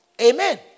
Amen